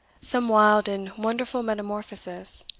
some wild and wonderful metamorphosis,